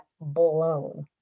blown